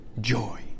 joy